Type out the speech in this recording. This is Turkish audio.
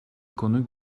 konu